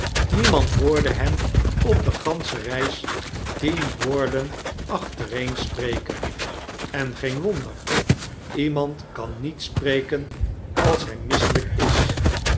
demand hoorde hem op de gansche reis tien woorden achtereen spreken en geen wonder iemand kan niet spreken als hij misselijk is